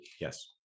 Yes